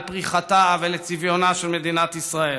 לפריחתה ולצביונה של מדינת ישראל.